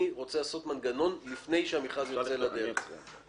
אני רוצה לעשות מנגנון לפני שהמכרז יוצא לדרך.